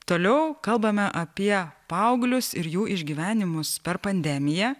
toliau kalbame apie paauglius ir jų išgyvenimus per pandemiją